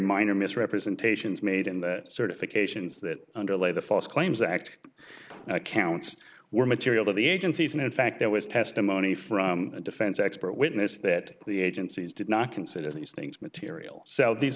minor misrepresentations made in the certifications that underlay the false claims act and accounts were material to the agencies and in fact there was testimony from the defense expert witness that the agencies did not consider these things material